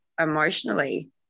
emotionally